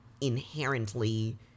inherently